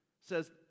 says